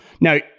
Now